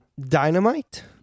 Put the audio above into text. Dynamite